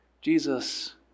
Jesus